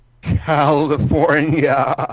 California